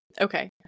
Okay